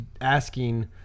asking